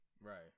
Right